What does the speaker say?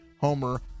Homer